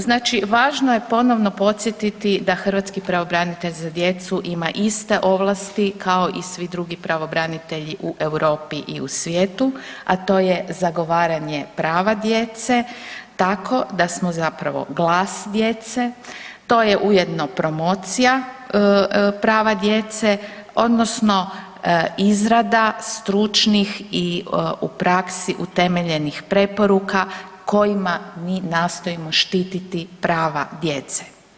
Znači važno je ponovno podsjetiti da hrvatski pravobranitelj za djecu ima iste ovlasti kao i svi drugi pravobranitelji u Europi i u svijetu, a to je zagovaranja prava djece tako da samo zapravo glas djece, to je ujedno promocija prava djece odnosno izrada stručnih i u praksi utemeljenih preporuka kojima mi nastojimo štiti prava djece.